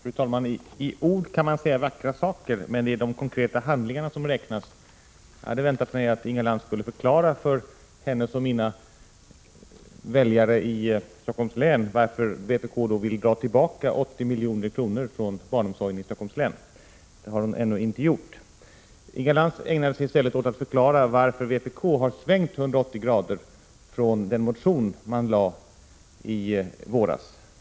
Fru talman! I ord kan man säga vackra saker, men det är de konkreta handlingarna som räknas, sa Inga Lantz. Jag hade väntat mig att Inga Lantz då skulle förklara för invånarna i vår gemensamma valkrets varför vpk vill dra tillbaka 80 milj.kr. för barnomsorgen i Stockholms län. Det har hon ännu inte gjort. I stället ägnar sig Inga Lantz åt att försöka förklara varför vpk har svängt 180 grader från den motion man väckte i våras.